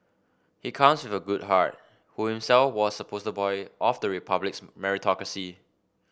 he comes with a good heart who himself was a poster boy of the Republic's meritocracy